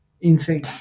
insane